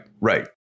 right